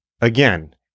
Again